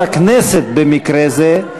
שהצבא שלנו לא מוסרי.